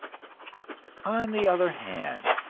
on the other hand,